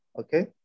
okay